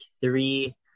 three